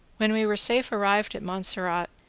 when we were safe arrived at montserrat,